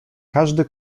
każdy